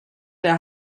der